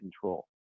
control